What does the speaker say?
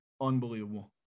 Unbelievable